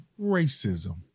racism